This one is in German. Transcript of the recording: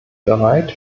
bereit